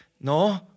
No